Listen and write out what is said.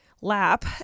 lap